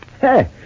Hey